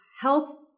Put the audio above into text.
help